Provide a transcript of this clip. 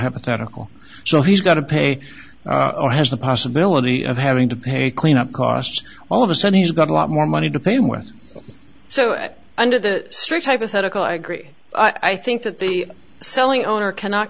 hypothetical so he's got to pay our has the possibility of having to pay cleanup costs all of a sudden he's got a lot more money to pay him with so under the strict hypothetical i agree i think that the selling owner cannot